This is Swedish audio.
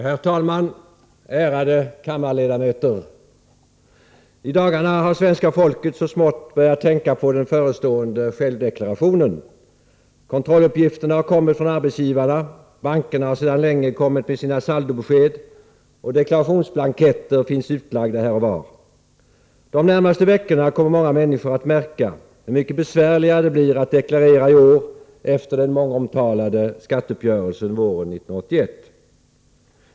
Herr talman! I dagarna har svenska folket, ärade kammarledamöter, så smått börjat tänka på den förestående självdeklarationen. Kontrolluppgifterna har kommit från arbetsgivarna, bankerna har sedan länge kommit med sina saldobesked och deklarationsblanketter finns utlagda här och var. De närmaste veckorna kommer många människor att märka hur mycket besvärligare det blir att deklarera i år efter den mångomtalade skatteuppgörelsen våren 1981.